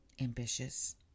ambitious